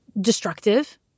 destructive